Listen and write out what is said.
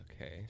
Okay